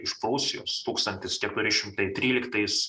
iš prūsijos tūkstantis keturi šimtai tryliktais